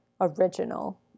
original